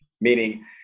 meaning